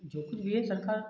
जो कुछ भी है सरकार